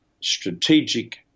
strategic